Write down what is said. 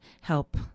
help